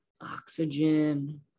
oxygen